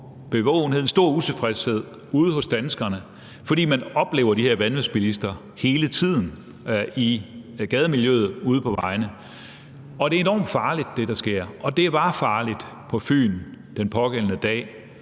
bevågenhed og en stor utilfredshed ude hos danskerne, fordi man oplever de her vanvidsbilister hele tiden i gademiljøet og ude på vejene, og det, der sker, er enormt farligt, og det var farligt den pågældende dag